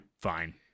fine